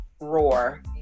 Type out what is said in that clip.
Roar